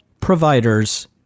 providers